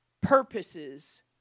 purposes